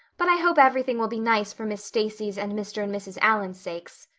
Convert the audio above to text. but i hope everything will be nice for miss stacy's and mr. and mrs. allan's sakes,